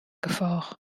gefolch